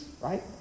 right